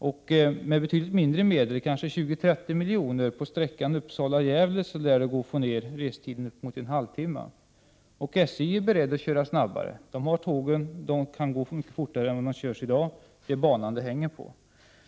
med en timme. Med betydligt mindre pengar, kanske 20-30 milj.kr. på sträckan Uppsala-Gävle, lär restiden kunna förkortas med uppemot en halvtimme. Från SJ:s sida har man förklarat sig beredd att köra snabbare. SJ:s tåg kan nämligen gå mycket fortare än som i dag är fallet. Det är banan det hänger på.